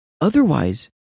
otherwise